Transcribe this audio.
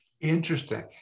Interesting